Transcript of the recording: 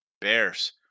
bears